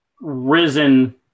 risen